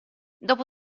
dopo